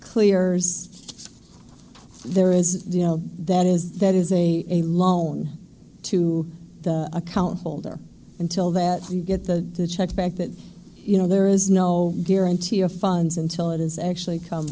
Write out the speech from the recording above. clears there is that is that is a a loan to the account holder until that you get the check back that you know there is no guarantee of funds until it is actually come